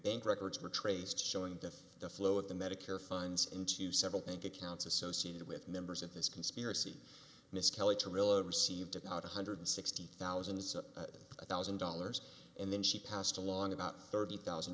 bank records were traced showing the flow of the medicare funds into several bank accounts associated with members of this conspiracy miss kelly to reload received about one hundred sixty thousand is a thousand dollars and then she passed along about thirty thousand